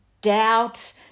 doubt